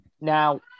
now